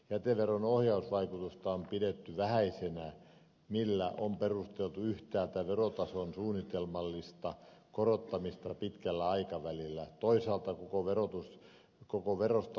jäteveron ohjausvaikutusta on pidetty vähäisenä millä on perusteltu yhtäältä verotason suunnitelmallista korottamista pitkällä aikavälillä toisaalta koko verosta luopumista